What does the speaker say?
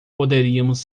poderíamos